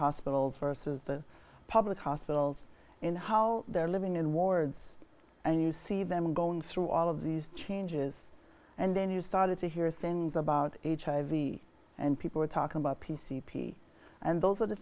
hospitals versus the public hospitals in how they're living in wards and you see them going through all of these changes and then you started to hear things about hiv and people were talking about p c p and those